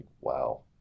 wow